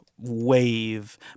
wave